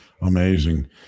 Amazing